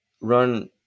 run